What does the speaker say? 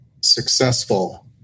successful